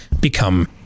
become